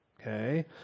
Okay